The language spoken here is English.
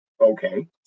okay